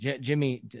Jimmy